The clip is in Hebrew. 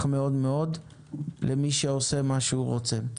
מאוד מאוד לבין מי שעושה מה שהוא רוצה,